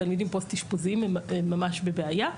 תלמידים פוסט אשפוזיים הם ממש בבעיה.